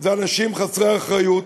הם אנשים חסרי אחריות,